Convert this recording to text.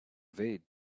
evade